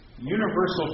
universal